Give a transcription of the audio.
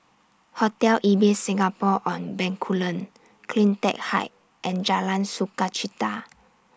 Hotel Ibis Singapore on Bencoolen CleanTech Height and Jalan Sukachita